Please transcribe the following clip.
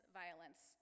violence